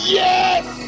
yes